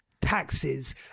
taxes